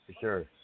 sure